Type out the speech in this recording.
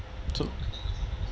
true